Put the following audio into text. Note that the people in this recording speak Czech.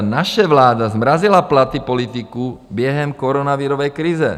Naše vláda zmrazila platy politiků během koronavirové krize.